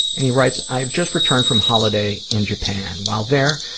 and he writes, i've just returned from holiday in japan. while there,